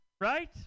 right